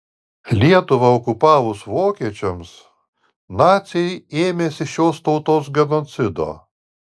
lietuvą okupavus vokiečiams naciai ėmėsi šios tautos genocido